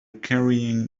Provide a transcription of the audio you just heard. carrying